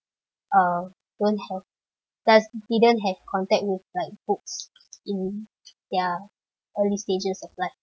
uh don't have plus didn't have contact with like books in their early stages of life